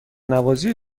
نوازی